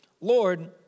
Lord